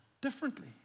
differently